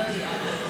לא יהיה ארוך,